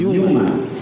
humans